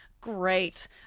great